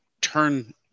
turn